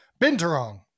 Binturong